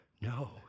No